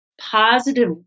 Positive